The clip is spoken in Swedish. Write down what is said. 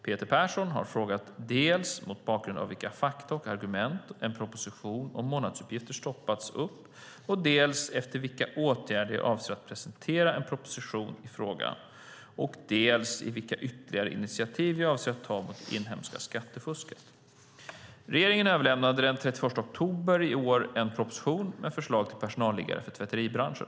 Peter Persson har frågat dels mot bakgrund av vilka fakta och argument en proposition om månadsuppgifter har stoppats upp, dels efter vilka åtgärder jag avser att presentera en proposition i frågan, dels vilka ytterligare initiativ jag avser att ta mot det inhemska skattefusket. Regeringen överlämnade den 31 oktober i år en proposition med förslag till personalliggare för tvätteribranschen.